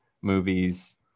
movies